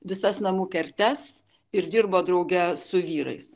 visas namų kertes ir dirbo drauge su vyrais